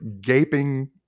gaping